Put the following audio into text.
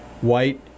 white